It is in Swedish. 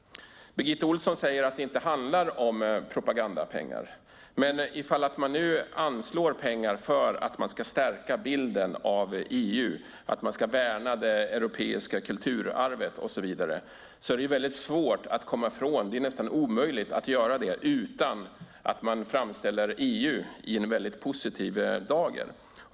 Birgitta Ohlsson säger att det inte handlar om propagandapengar, men om man nu anslår pengar för att man ska stärka bilden av EU, värna det europeiska kulturarvet och så vidare är det väldigt svårt att komma ifrån - det är nästan omöjligt att göra det - att man framställer EU i en väldigt positiv dager.